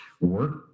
work